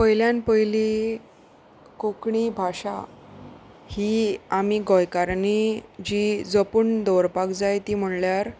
पयल्यान पयलीं कोंकणी भाशा ही आमी गोंयकारांनी जी जपून दवरपाक जाय ती म्हणल्यार